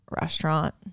restaurant